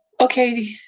Okay